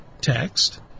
text